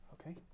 Okay